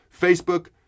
Facebook